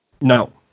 No